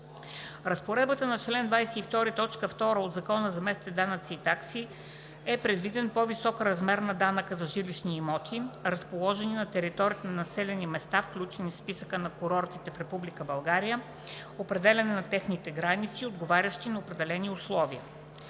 разпоредбата на чл. 22, т. 2 от Закона за местните данъци и такси е предвиден по-висок размер на данъка за жилищни имоти, разположени на територията на населени места, включени в Списъка на курортите в Република България, определяне на техните граници и отговарящи на определени условия.